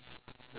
mm